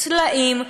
טלאים,